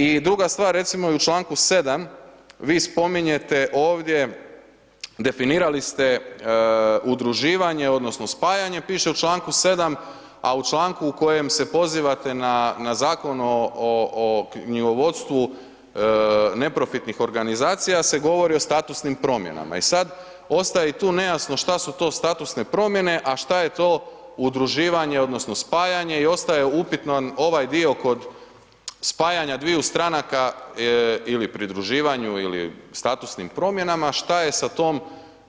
I druga stvar, recimo i u čl. 7. vi spominjete ovdje, definirali ste udruživanje odnosno spajanje, piše u čl. 7., a u članku u kojem se pozivate na Zakon o knjigovodstvu neprofitnih organizacija se govori o statusnim promjenama i sad ostaje i tu nejasno šta su to statusne promjene, a što je to udruživanje odnosno spajanje i ostaje upitno ovaj dio kod spajanja dviju stranaka ili pridruživanju ili statusnim promjenama, šta je sa tom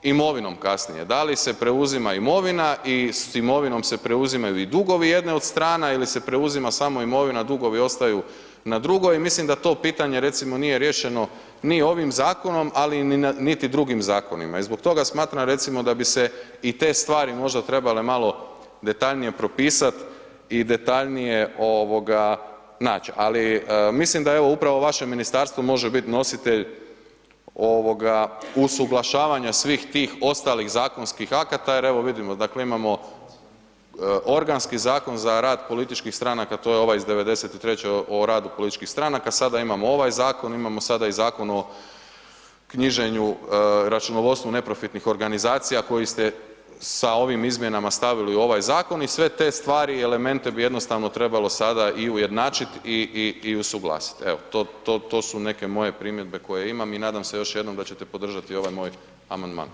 imovinom kasnije, da li se preuzima imovina i s imovinom se preuzimaju i dugovi jedne od strana ili se preuzima samo imovina, a dugovi ostaju na drugoj, mislim da to pitanje, recimo, nije riješeno ni ovim zakonom, ali niti drugim zakonima i zbog toga smatram recimo da bi se i te stvari možda trebale malo detaljnije propisat i detaljnije nać, ali mislim da evo upravo vaše ministarstvo može biti nositelj usuglašavanja svih tih ostalih zakonskih akata jer evo vidimo, dakle, imamo organski zakon za rad političkih stranaka, to je ovaj iz 93. o radu političkih stranaka, sada imamo ovaj zakon, imamo sada i Zakon o knjiženju, računovodstvu neprofitnih organizacija koji ste sa ovim izmjenama stavili u ovaj zakon i sve te stvari i elemente bi jednostavno trebalo sada i ujednačit i usuglasit, evo, to, to, to su neke moje primjedbe koje imam i nadam se još jednom da ćete podržati ovaj moj amandman.